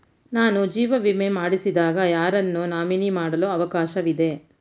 ನಾನು ಜೀವ ವಿಮೆ ಮಾಡಿಸಿದಾಗ ಯಾರನ್ನು ನಾಮಿನಿ ಮಾಡಲು ಅವಕಾಶವಿದೆ?